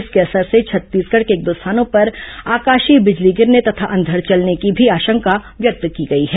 इसके असर से छत्तीसगढ़ के एक दो स्थानों पर आकाशीय बिजली गिरने तथा अंधड़ चलने की भी आशंका व्यक्त की गई है